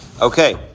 Okay